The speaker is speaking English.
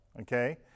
okay